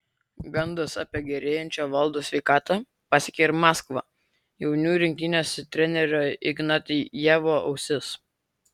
gandas apie gerėjančią valdo sveikatą pasiekė ir maskvą jaunių rinktinės trenerio ignatjevo ausis